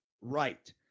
right